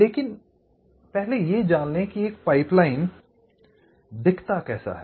लेकिन एक पाइपलाइन दिखता कैसा है